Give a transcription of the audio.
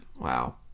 Wow